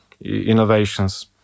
innovations